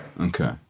Okay